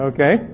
Okay